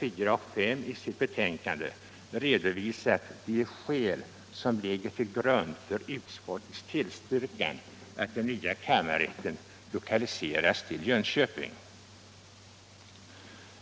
4 och 5 redovisat de skäl som ligger till grund för utskottets tillstyrkan av att den nya kammarrätten lokaliseras till Jönköping.